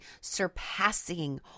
surpassing